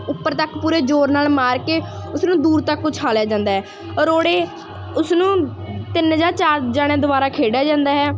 ਉੱਪਰ ਤੱਕ ਪੂਰੇ ਜ਼ੋਰ ਨਾਲ ਮਾਰ ਕੇ ਉਸ ਨੂੰ ਦੂਰ ਤੱਕ ਉਛਾਲਿਆ ਜਾਂਦਾ ਹੈ ਅਰੋੜੇ ਉਸਨੂੰ ਤਿੰਨ ਜਾਂ ਚਾਰ ਜਣੇ ਦੁਆਰਾ ਖੇਡਿਆ ਜਾਂਦਾ ਹੈ